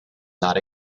not